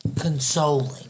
consoling